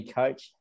coach